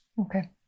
Okay